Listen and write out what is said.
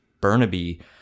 Burnaby